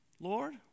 Lord